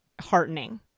heartening